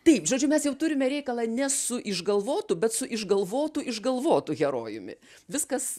taip žodžiu mes jau turime reikalą ne su išgalvotu bet su išgalvotu išgalvotu herojumi viskas